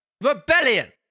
Rebellion